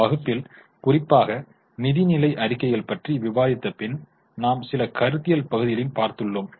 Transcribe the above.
வகுப்பில் குறிப்பாக நிதிநிலை அறிக்கைகள் பற்றி விவாதித்த பின் நாம் சில கருத்தியல் பகுதிகளையும் பார்த்துள்ளோம்